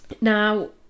Now